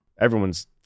Everyone's